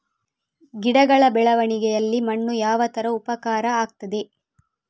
ಗಿಡಗಳ ಬೆಳವಣಿಗೆಯಲ್ಲಿ ಮಣ್ಣು ಯಾವ ತರ ಉಪಕಾರ ಆಗ್ತದೆ?